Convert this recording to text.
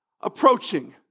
approaching